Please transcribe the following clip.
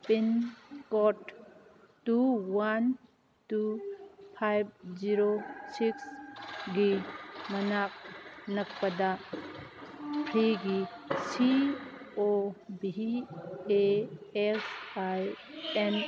pin code two one two five zero ꯁꯤꯛꯁꯀꯤ ꯃꯅꯥꯛ ꯅꯛꯄꯗ ꯐ꯭ꯔꯤꯒꯤ C O V A X I and